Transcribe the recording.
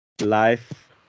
Life